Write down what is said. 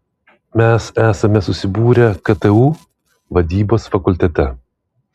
mes esame susibūrę ktu vadybos fakultete